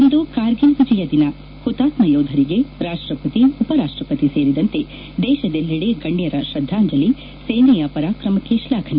ಇಂದು ಕಾರ್ಗಿಲ್ ವಿಜಯ ದಿನ ಹುತಾತ್ಮ ಯೋಧರಿಗೆ ರಾಷ್ಟ ಪತಿ ಉಪರಾಷ್ಟ ಪತಿ ಸೇರಿದಂತೆ ದೇಶದೆಲ್ಲೆದೆ ಗಣ್ಯರ ಶ್ರದ್ದಾಂಜಲಿ ಸೇನೆಯ ಪರಾಕ್ರಮಕ್ಕೆ ಶ್ಲಾಘನೆ